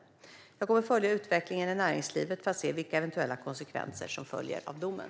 Jag kommer att följa utvecklingen i näringslivet för att se vilka eventuella konsekvenser som följer av domen.